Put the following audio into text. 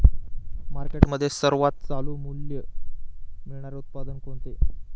मार्केटमध्ये सर्वात चालू मूल्य मिळणारे उत्पादन कोणते?